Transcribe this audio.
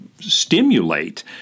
stimulate